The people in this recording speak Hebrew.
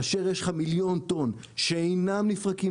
כאשר יש לך 1 מיליון טון שאינם נפרקים